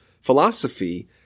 philosophy